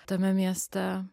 tame mieste